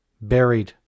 buried